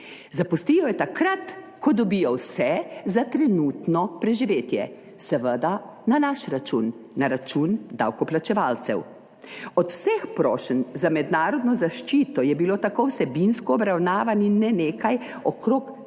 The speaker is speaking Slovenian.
Zapustijo jo takrat, ko dobijo vse za trenutno preživetje, seveda na naš račun, na račun davkoplačevalcev. Od vseh prošenj za mednarodno zaščito je bilo tako vsebinsko obravnavanih le nekaj okrog 5